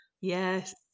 Yes